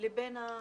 לבין השלטון,